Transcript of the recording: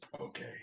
okay